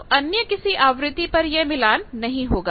तो अन्य किसी आवृत्ति पर यह मिलान नहीं होगा